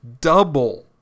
double